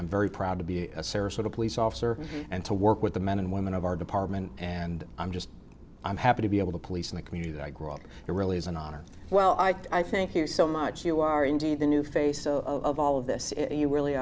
i'm very proud to be a sarasota police officer and to work with the men and women of our department and i'm just i'm happy to be able to police in the community that i grew up it really is an honor well i think you so much you are indeed the new face of all of this you really